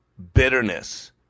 Bitterness